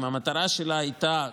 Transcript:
אם המטרה שלה הייתה,